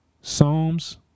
Psalms